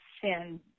sin